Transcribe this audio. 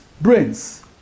brains